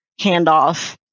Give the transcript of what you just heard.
handoff